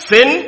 Sin